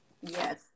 yes